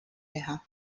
teha